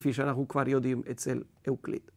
‫כפי שאנחנו כבר יודעים ‫אצל אוקליד.